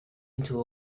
into